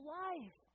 life